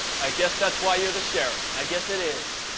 i guess that's why you're the sheriff. i guess it is.